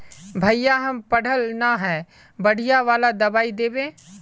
भैया हम पढ़ल न है बढ़िया वाला दबाइ देबे?